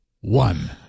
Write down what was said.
One